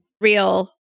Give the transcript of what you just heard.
real